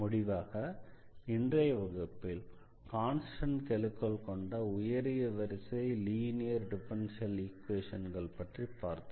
முடிவாக இன்றைய வகுப்பில் கான்ஸ்டண்ட் கெழுக்கள் கொண்ட உயரிய வரிசை லீனியர் டிஃபரன்ஷியல் ஈக்வேஷன்கள் பற்றிப் பார்த்தோம்